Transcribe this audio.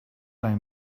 lai